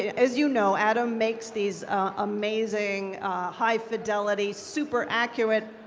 as you know, adam makes these amazing high fidelity, super accurate,